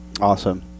Awesome